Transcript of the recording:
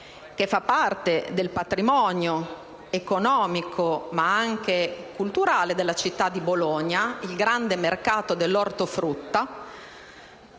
che fa parte del patrimonio economico, ma anche culturale di questa città, il grande mercato dell'ortofrutta,